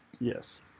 Yes